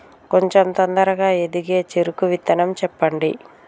కొంచం తొందరగా ఎదిగే చెరుకు విత్తనం చెప్పండి?